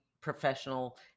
professional